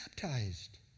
baptized